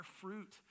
fruit